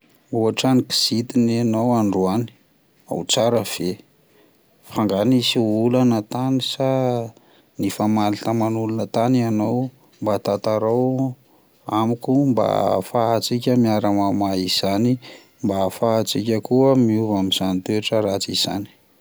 Hoatrany kizitina ianao androany, ao tsara ve? Fa angaha nisy olana tany sa nifamaly taman'olona tany ianao? Mba tantarao amiko mba ahafahan-tsika miara-mamaha izany mba ahafahan-tsika koa miova amin' izany toetra ratsy izany.